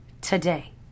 today